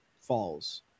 falls